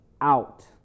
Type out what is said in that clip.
out